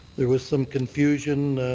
there was some confusion.